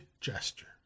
gesture